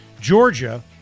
Georgia